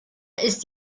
ist